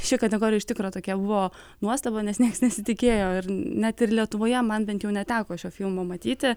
ši kategorija iš tikro tokia buvo nuostaba nes niekas nesitikėjo ir net ir lietuvoje man bent jau neteko šio filmo matyti